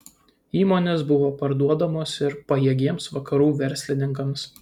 įmonės buvo parduodamos ir pajėgiems vakarų verslininkams